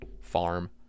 farm